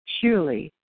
surely